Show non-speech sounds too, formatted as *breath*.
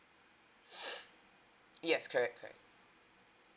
*breath* yes correct correct